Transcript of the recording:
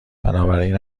بنابراین